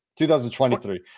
2023